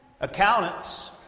Accountants